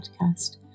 podcast